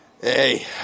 Hey